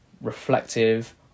reflective